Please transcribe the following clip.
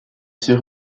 ses